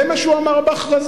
זה מה שהוא אמר בהכרזה.